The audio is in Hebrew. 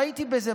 ראיתי בזה,